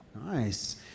Nice